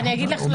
גם